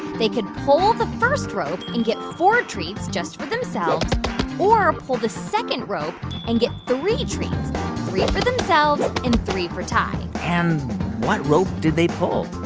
they could pull the first rope and get four treats just for themselves or pull the second rope and get three treats three for themselves and three for tai and what rope did they pull?